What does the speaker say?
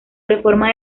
reforma